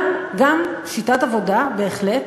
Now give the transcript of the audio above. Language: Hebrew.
גם שיטת עבודה, בהחלט,